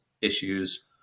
issues